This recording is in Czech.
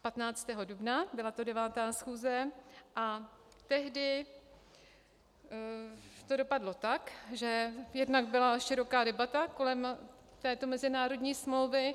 15. dubna, byla to 9. schůze, a tehdy to dopadlo tak, že jednak byla široká debata kolem této mezinárodní smlouvy.